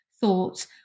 thoughts